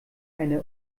eine